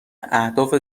اهداف